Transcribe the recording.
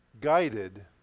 guided